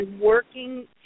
working